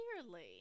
Clearly